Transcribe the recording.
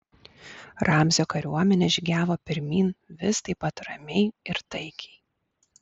ramzio kariuomenė žygiavo pirmyn vis taip pat ramiai ir taikiai